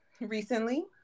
recently